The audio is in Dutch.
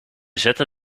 zette